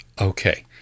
Okay